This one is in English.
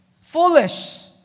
foolish